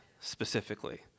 specifically